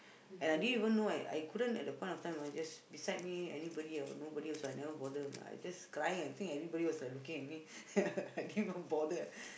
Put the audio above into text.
and I didn't even know I I couldn't at the point of time I just beside me anybody or nobody also I never bother I just crying I think I everybody was like looking at me I didn't even bother